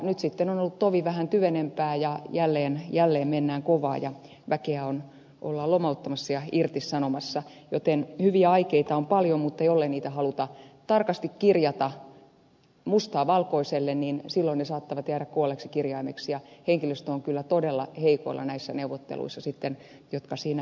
nyt sitten on ollut tovi vähän tyvenempää ja jälleen mennään kovaa ja väkeä ollaan lomauttamassa ja irtisanomassa joten hyviä aikeita on paljon mutta jollei niistä haluta tarkasti kirjata mustaa valkoiselle silloin ne saattavat jäädä kuolleeksi kirjaimeksi ja henkilöstö on kyllä todella heikoilla näissä neuvotteluissa jotka edessä ovat